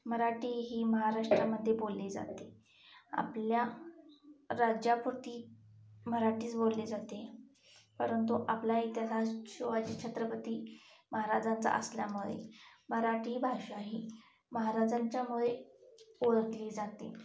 मराठी ही महाराष्ट्रा मध्ये बोलली जाते आपल्या राज्यापुरती मराठीच बोलली जाते परंतु आपल्या इथे खास शिवाजी छत्रपती महाराजांचा असल्यामुळे मराठी भाषा ही महाराजांच्यामुळे ओळखली जाते